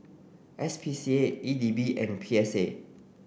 S P C A E D B and P S A